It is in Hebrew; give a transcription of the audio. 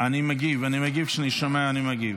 אני מגיב, כשאני שומע אני מגיב.